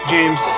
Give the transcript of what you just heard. James